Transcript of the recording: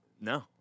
no